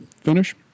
finish